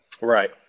Right